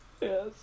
Yes